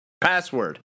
password